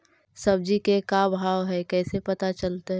सब्जी के का भाव है कैसे पता चलतै?